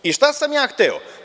I, šta sam ja hteo?